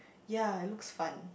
ya it looks fun